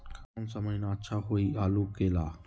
कौन सा महीना अच्छा होइ आलू के ला?